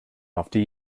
after